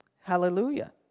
Hallelujah